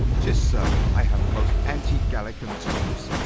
tis certain i have most antigallican toes!